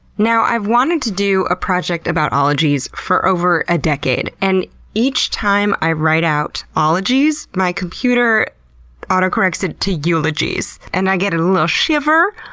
now, i've wanted to do a project about ologies for over a decade. and each time i write out ologies, my computer autocorrects it to eulogies, and i get a li'l shiver.